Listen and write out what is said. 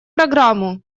программу